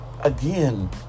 again